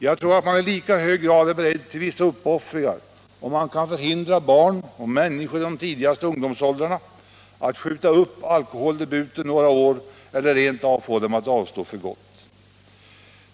Jag tror att man i lika hög grad är beredd till vissa uppoffringar om man kan förmå barn och människor i de tidigaste ungdomsåldrarna att skjuta upp alkoholdebuten några år eller rent av få dem att avstå för gott.